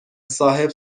صاحب